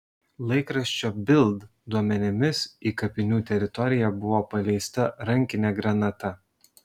laikraščio bild duomenimis į kapinių teritoriją buvo paleista rankinė granata